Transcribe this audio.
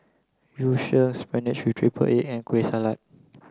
Yu Sheng spinach with triple egg and Kueh Salat